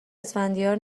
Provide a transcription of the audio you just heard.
اسفندیار